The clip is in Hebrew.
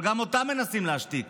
אבל גם אותה מנסים להשתיק.